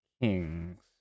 kings